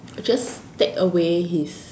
just take away his